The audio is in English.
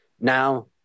Now